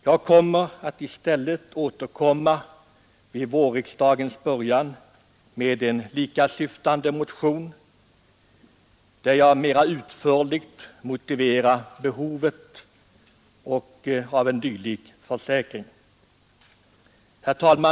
Jag skall i stället återkomma vid vårriksdagens början med en likasyftande motion, där jag mera utförligt motiverar behovet av en dylik försäkring.